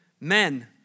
men